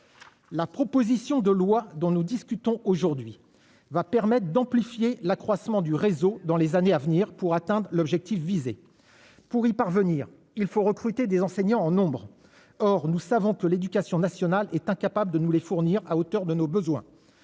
la proposition de loi dont nous discutons aujourd'hui va permettent d'amplifier l'accroissement du réseau dans les années à venir pour atteinte l'objectif visé pour y parvenir, il faut recruter des enseignants en nombre, or nous savons que l'éducation nationale est incapable de nous les fournir à hauteur de nos besoins,